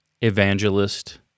evangelist